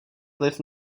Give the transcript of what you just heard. vliv